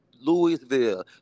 Louisville